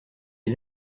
est